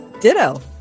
ditto